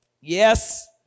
Yes